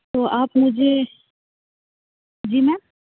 तो आप मुझे जी मेम